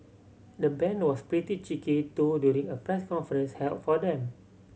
the band was pretty cheeky too during a press conference held for them